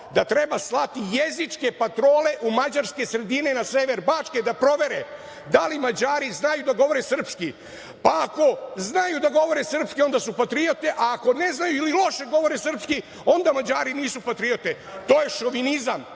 da treba slati jezičke patrole u mađarske sredine na sever Bačke da provere da li Mađari znaju da govore srpski, pa ako znaju da govore srpski, onda su patriote, a ako ne znaju ili loše govore srpski, onda Mađari nisu patriote. To je šovinizam,